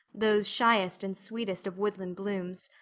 those shyest and sweetest of woodland blooms,